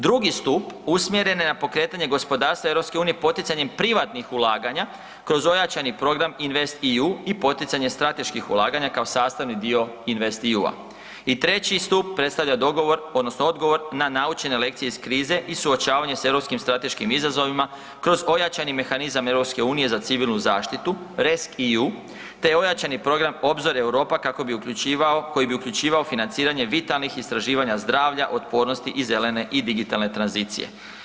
Drugi stup usmjeren je na pokretanje gospodarstva EU poticanjem privatnih ulaganja kroz ojačani program InvestEU i poticanje strateških ulaganja kao sastavni dio InvestEU-a I treći stup predstavlja dogovor odnosno odgovor na naučene lekcije iz krize i suočavanje sa europskim strateškim izazovima kroz ojačani mehanizam EU za civilnu zaštitu RESC-EU te ojačani program OBZOR-EUROPA koji bi uključivao financiranje vitalnih istraživanja zdravlja, otpornosti i zelene i digitalne tranzicije.